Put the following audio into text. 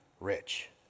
rich